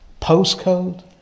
postcode